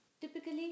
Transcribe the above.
typically